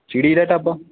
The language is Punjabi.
ਚਿੜੀ ਦਾ ਢਾਬਾ